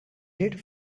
did